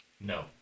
No